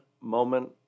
moment